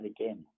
again